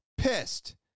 pissed